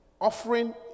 offering